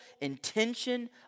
intention